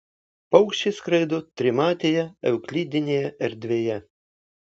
paukščiai skraido trimatėje euklidinėje erdvėje